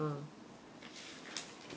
uh